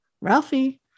Ralphie